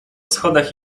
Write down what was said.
schodach